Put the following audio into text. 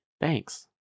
Thanks